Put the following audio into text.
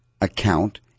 account